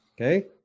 Okay